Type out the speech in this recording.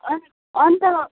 अन्त